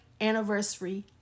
anniversary